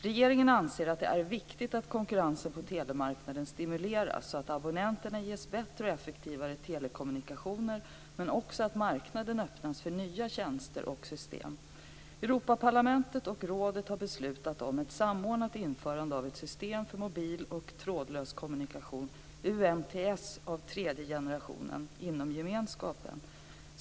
Regeringen anser att det är viktigt att konkurrensen på telemarknaden stimuleras så att abonnenterna ges bättre och effektivare telekommunikationer men också att marknaden öppnas för nya tjänster och system. Europaparlamentet och rådet har beslutat om ett samordnat införande av ett system för mobil och trådlös kommunikation - UMTS - av tredje generationen inom gemenskapen.